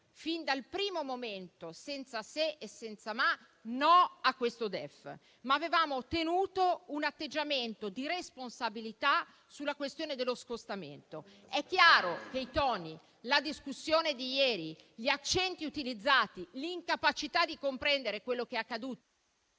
fin dal primo momento, senza se e senza ma, no a questo DEF, ma avevamo tenuto un atteggiamento di responsabilità sulla questione dello scostamento. È chiaro che i toni, la discussione di ieri, gli accenti utilizzati, l'incapacità di comprendere quello che è accaduto...